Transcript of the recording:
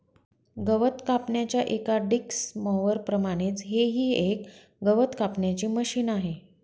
गवत कापण्याच्या एका डिक्स मॉवर प्रमाणेच हे ही एक गवत कापण्याचे मशिन आहे